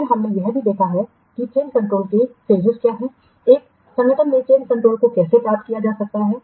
फिर हमने यह भी देखा है कि चेंजकंट्रोल के चरण एक संगठन में चेंजकंट्रोल कैसे प्राप्त किया जा सकता है